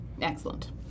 Excellent